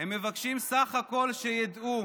הם מבקשים בסך הכול שידעו,